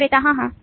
विक्रेता हाँ हाँ